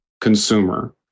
consumer